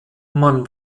man